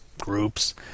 groups